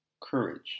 courage